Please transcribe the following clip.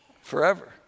forever